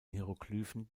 hieroglyphen